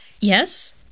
Yes